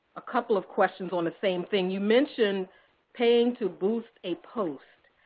a couple of questions on the same thing. you mentioned paying to boost a post.